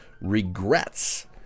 regrets